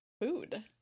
food